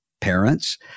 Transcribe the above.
parents